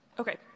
Okay